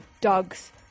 dogs